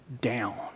down